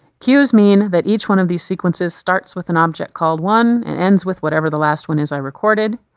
cues mean that each one of these sequences starts with an object called one, and ends with whatever the last one is i recorded.